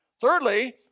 Thirdly